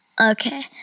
Okay